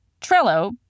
Trello